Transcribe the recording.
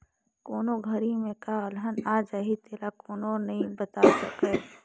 कोन घरी में का अलहन आ जाही तेला कोनो हर नइ बता सकय